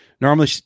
normally